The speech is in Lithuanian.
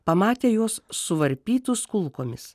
pamatė juos suvarpytus kulkomis